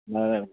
نئے